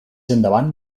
endavant